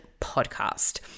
Podcast